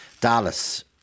Dallas